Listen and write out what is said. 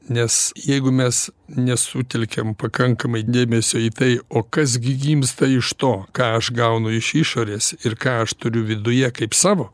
nes jeigu mes nesutelkiam pakankamai dėmesio į tai o kas gi gimsta iš to ką aš gaunu iš išorės ir ką aš turiu viduje kaip savo